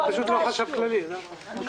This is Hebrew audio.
זה פשוט לא של החשב הכללי, אבל אשמח לטפל.